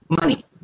money